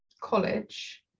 college